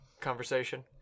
conversation